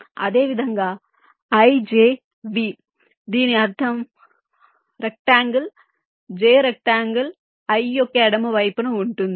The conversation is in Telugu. అదేవిధంగా ijV దీని అర్థం రెక్టాన్గల్ j రెక్టాన్గల్ i యొక్క ఎడమ వైపున ఉంటుంది